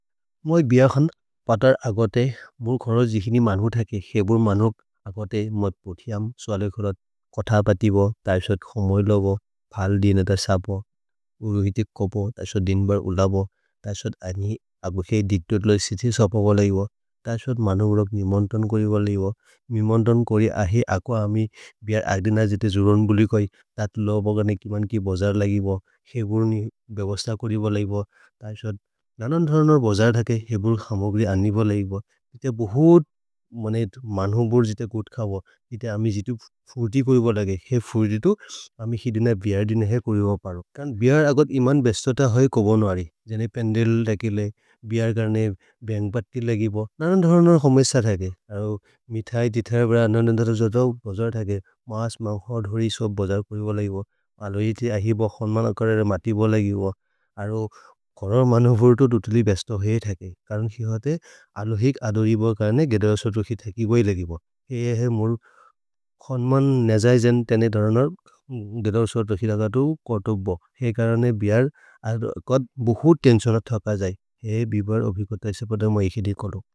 मोइ बिअक्सन् पतर् अगते मुर् खोरज् जिकिनि मन्हु थके खेबुर् मन्हु अगते मद्पुथिअम् सोले खोरत् कोथ पतिबो। तैसोद् खोम्होइ लोबो, फल् दिनेत सपो। उरुहितिक् कोपो, तैसोद् दिन्बर् उलबो, तैसोद् अनि अगछे दितोद्लो सिथि सपो गोलेइबो। तैसोद् मन्हु उरोक् निमोन्तोन् कोरि गोलेइबो। निमोन्तोन् कोरि अहे अको अमि बिअर् अग्दिनजिते जुरोन् बुलिकोइ, तत्लो बगने किमन् कि बजर् लगिबो। खेबुर् बेवस्त कोरि गोलेइबो। तैसोद् ननोन् धरनोर् बजर् थके खेबुर् खमोग्रि अनि गोलेइबो। जिते बहुत् मन्हु बुर् जिते कुथ् खबो। जिते अमि जितु फुर्ति कोरि गोलेइबो दगे। हे फुर्ति तु अमि हि दिनर् बिअर् दिनर् हे कोरि बबरो। करन् बिअर् अगत् इमन् बेस्त त होइ कोबोन् वरि। जने पेन्देल् तकिले बिअर् गरने बेन्ग् बत्ति लगिबो। ननोन् धरनोर् होमेस थके, अरो मितै, दिथरब्र, ननोन् धरनोर् जोदो बजर् थके। मस्, मम्ख, धोरि, सोब् बजर् कोरि गोलेइबो, अलोहिते अहेब। खन्मन् अकरेर मति गोलेइबो, अरो करन् मन्हु बुर् तु तुत्लि बेस्त होइ थके। करन् हिहते अलोहिक् अदोरिबो करने गेदर्सोद् रुखि थके, गोलेइबो। हेहे मुर् खन्मन् नेजै जने धरनोर् गेदर्सोद् रुखि लगतु कोतोब्बो। हे करने बिअर् अगत् बहुत् तेन्सोन थक जै, हे बिबर् अभिगतै सेपद मैखे दि कोलो।